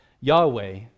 Yahweh